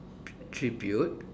attribute